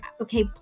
okay